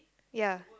ya